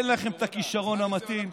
אין לכם את הכישרון המתאים.